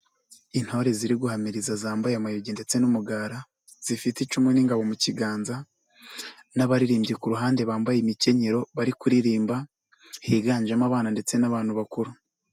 Intore ziri guhamiriza zambaye amayugi ndetse n'umugara, zifite icumu n'ingabo mu kiganza n'abaririmbyi ku ruhande bambaye imikenyero bari kuririmba, higanjemo abana ndetse n'abantu bakuru.